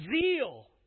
zeal